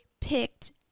picked